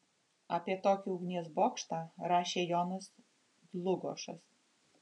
apie tokį ugnies bokštą rašė jonas dlugošas